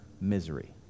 misery